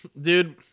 dude